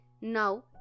Now